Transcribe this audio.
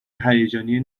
هیجانی